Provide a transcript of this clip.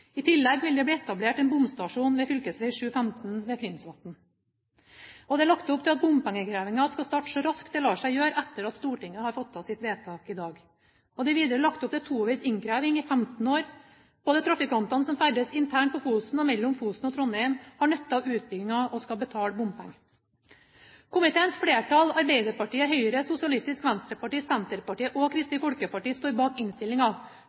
I tillegg vil det bli etablert en bomstasjon ved fv. 715 ved Krinsvatn. Det er lagt opp til at bompengeinnkrevingen skal starte så raskt det lar seg gjøre etter at Stortinget har fattet sitt vedtak i dag. Det er videre lagt opp til tovegs innkreving i 15 år. Trafikanter som ferdes både internt på Fosen og mellom Fosen og Trondheim, har nytte av utbyggingen og skal betale bompenger. Komiteens flertall, Arbeiderpartiet, Høyre, Sosialistisk Venstreparti, Senterpartiet og Kristelig Folkeparti, står bak